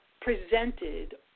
presented